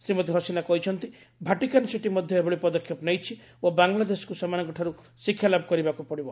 ଶ୍ରୀମତୀ ହସିନା କହିଛନ୍ତି Vatican city ମଧ୍ୟ ଏଭଳି ପଦକ୍ଷେପ ନେଇଛି ଓ ବାଙ୍ଗଲାଦେଶକୁ ସେମାନଙ୍କଠାରୁ ଶିକ୍ଷାଲାଭ କରିବାକୁ ପଡ଼ିବ